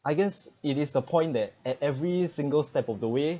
I guess it is the point that at every single step of the way